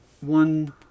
One